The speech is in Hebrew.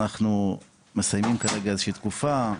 אנחנו מסיימים כרגע איזושהי תקופה,